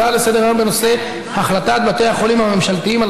הצעות לסדר-היום בנושא: החלטת בתי החולים הממשלתיים על